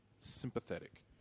sympathetic